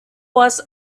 was